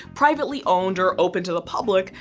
privately owned or open to the public,